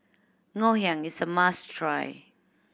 Ngoh Hiang is a must try